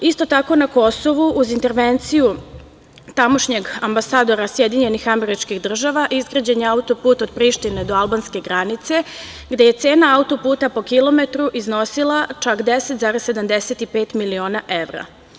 Isto tako, na Kosovu, uz intervenciju tamošnjeg ambasadora SAD, izgrađen je auto-put od Prištine do albanske granice, a gde je cena auto-puta po kilometru iznosila čak 10,75 miliona evra.